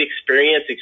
experience